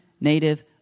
native